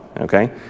okay